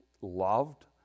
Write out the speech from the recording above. loved